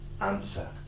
answer